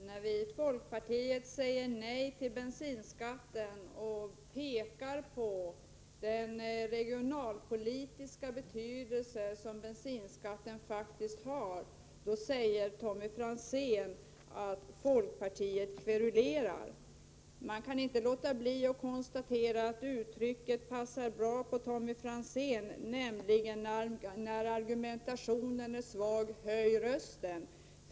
Herr talman! När vi i folkpartiet säger nej till höjd bensinskatt och pekar på den regionalpolitiska betydelse som bensinskatten faktiskt har, då säger Tommy Franzén att folkpartiet kverulerar. Jag kan inte låta bli att konstatera att följande uttryck passar bra in på Tommy Franzén: När argumentationen är svag, höj rösten!